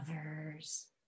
others